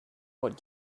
what